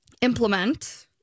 implement